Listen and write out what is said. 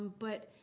but